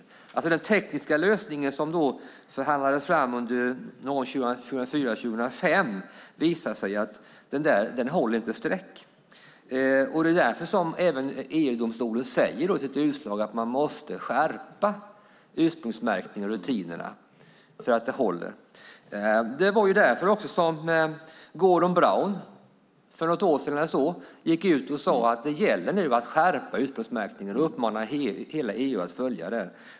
Det visar sig att den tekniska lösning som förhandlades fram under 2004-2005 inte håller streck. Det är därför även EU-domstolen i sitt utslag säger att man måste skärpa ursprungsmärkningen och rutinerna så att det håller. Det var också därför Gordon Brown för något år sedan gick ut och sade att det gäller att skärpa ursprungsmärkningen och uppmana hela EU att följa den.